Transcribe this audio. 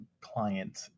client